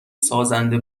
سازنده